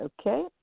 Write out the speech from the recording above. Okay